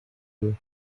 you